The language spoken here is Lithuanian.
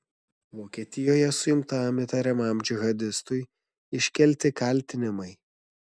vokietijoje suimtam įtariamam džihadistui iškelti kaltinimai